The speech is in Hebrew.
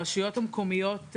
הרשויות המקומיות,